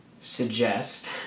suggest